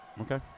Okay